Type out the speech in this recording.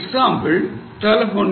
example telephone bill